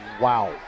Wow